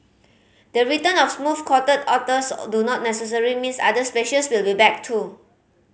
the return of smooth coated otters or do not necessary means other species will be back too